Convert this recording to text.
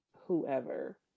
whoever